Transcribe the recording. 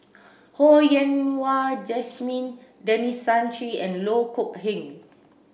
Ho Yen Wah Jesmine Denis Santry and Loh Kok Heng